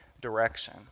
direction